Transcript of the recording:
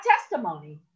testimony